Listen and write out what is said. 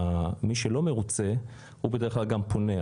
מי שלא מרוצה, הוא בדרך כלל פונה.